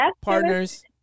partners